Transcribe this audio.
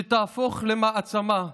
שתהפוך למעצמה,